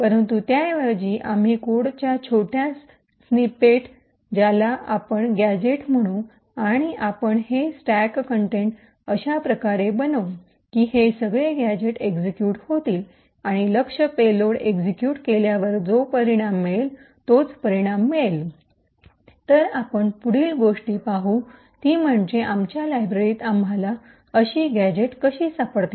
परंतु त्याऐवजी आम्ही कोडच्या छोट्या स्निपेट ज्याला आपण गॅझेट म्हणू आणि आपण हे स्टॅक कंटेंट अश्या प्रकारे बनवू की हे सगळे गॅझेट एक्सिक्यूट होतील आणि लक्ष पेलोड एक्सिक्यूट केल्यावर जो परिणाम मिळेल तोच परिणाम मिळेल तर आपण पुढील गोष्ट पाहु ती म्हणजे आमच्या लायब्ररीत आम्हाला अशी गॅझेट कशी सापडतील